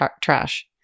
trash